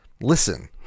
listen